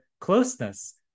closeness